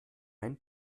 ein